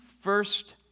first